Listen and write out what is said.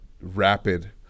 rapid